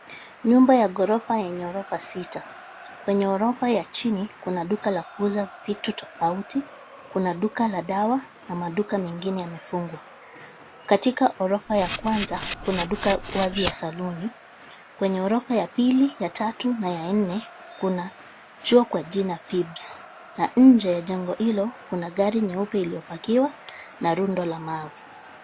Nyumba ya ghorofa yenye ghorofa sita. Kwenye ghorofa ya chini, kuna duka la kuuza vitu tofauti, kuna duka la dawa, na maduka mengine yamefungwa. Katika ghorofa ya kwanza, kuna duka wazi ya saluni. Kwenye ghorofa ya pili, ya tatu na ya nne, kuna chuo kwa jina 'Fibs'. Na nje ya jengo hilo, kuna gari nyeupe iliyo pakiwa na rundo la mawe.